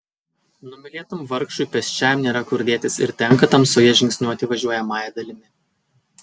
numylėtam vargšui pėsčiajam nėra kur dėtis ir tenka tamsoje žingsniuoti važiuojamąja dalimi